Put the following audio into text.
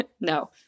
No